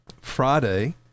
Friday